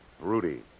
Rudy